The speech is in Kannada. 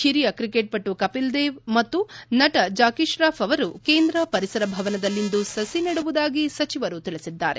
ಹಿರಿಯ ಕ್ರಿಕೆಟ್ ಪಟು ಕಪಿಲ್ ದೇವ್ ಮತ್ತು ನಟ ಜಾಕಿ ಶ್ರಾಫ್ ಅವರು ಕೇಂದ್ರ ಪರಿಸರ ಭವನದಲ್ಲಿಂದು ಸಸಿ ನೆಡುವುದಾಗಿ ಸಚಿವರು ತಿಳಿಸಿದ್ದಾರೆ